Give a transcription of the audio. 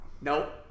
Nope